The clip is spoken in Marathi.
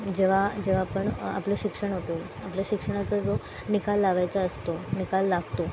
जेव्हा जेव्हा आपण आपलं शिक्षण होतं आपल्या शिक्षणाचा जो निकाल लागायचा असतो निकाल लागतो